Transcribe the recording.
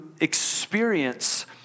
experience